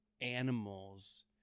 animals –